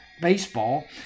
Baseball